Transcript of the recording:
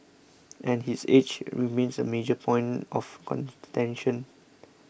and his age remains a major point of contention